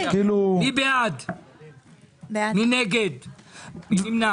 2 מיליון שקלים בשנת